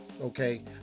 Okay